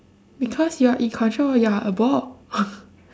because you are in control you are a ball